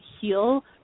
heal